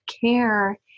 care